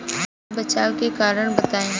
कोई बचाव के कारण बताई?